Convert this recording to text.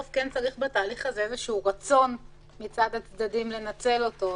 בסוף כן צריך בתהליך הזה איזשהו רצון מצד הצדדים לנצל אותו,